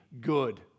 good